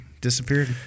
disappeared